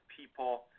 people